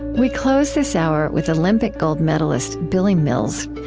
we close this hour with olympic gold medalist billy mills.